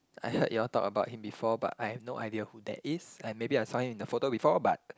I heard you all talk about him before but I have no idea who that is and maybe I saw him in a photo before but